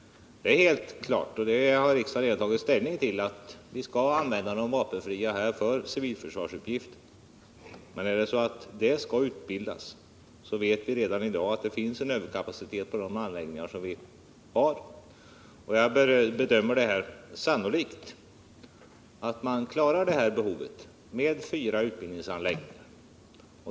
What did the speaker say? Det är helt klart — och det har riksdagen numera tagit ställning till — att vi skall använda de vapenfria för civilförsvarsuppgifter. Men vi vet att vi redan i dag har en överkapacitet på våra anläggningar, och jag bedömer det som osannolikt att behovet kan klaras med fyra utbildningsanläggningar.